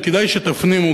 וכדאי שתפנימו,